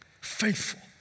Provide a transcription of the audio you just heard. faithful